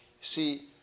See